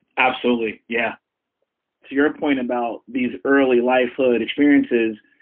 absolutely. yeah to your point about these early life ah and experiences,